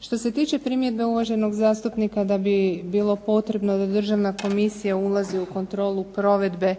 Što se tiče primjedbe uvaženog zastupnika da bi bilo potrebno da Državna komisija ulazi u kontrolu provedbe